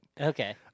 Okay